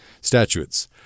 Statutes